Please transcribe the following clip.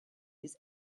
his